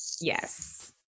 yes